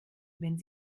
wenn